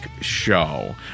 Show